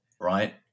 right